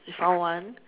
we found one